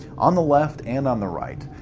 on the left and on the right,